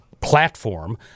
platform